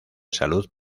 salud